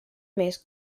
més